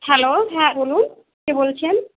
hello হ্যাঁ বলুন কে বলছেন